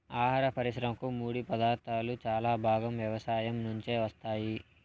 ఆహార పరిశ్రమకు ముడిపదార్థాలు చాలా భాగం వ్యవసాయం నుంచే వస్తాయి